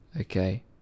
okay